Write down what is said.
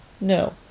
no